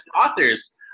authors